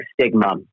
stigma